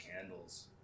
candles